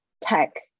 tech